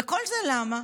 וכל זה למה?